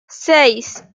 seis